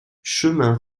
chemin